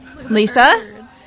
Lisa